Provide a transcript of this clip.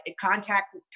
contact